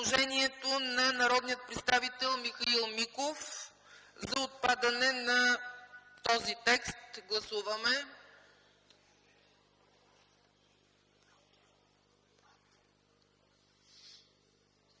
на народния представител Михаил Миков за отхвърляне на този текст. Гласували